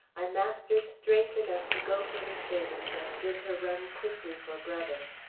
i mastered strength enough to go for the servant and bid her run quickly for brother.